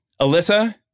Alyssa